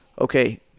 Okay